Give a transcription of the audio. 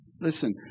Listen